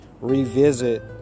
revisit